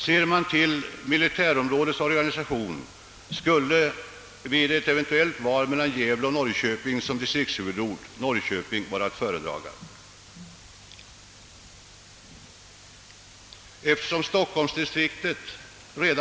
Ser man till militärområdets organisation skulle vid ett eventuellt val mellan Gävle och Norrköping som distriktshuvudort Norrköping vara att föredraga.